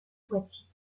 poitiers